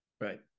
Right